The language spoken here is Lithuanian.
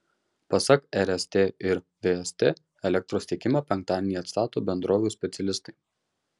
pasak rst ir vst elektros tiekimą penktadienį atstato bendrovių specialistai